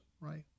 right